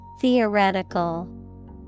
Theoretical